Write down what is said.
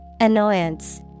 Annoyance